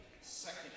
Second